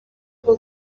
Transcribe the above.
bwo